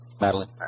Madeline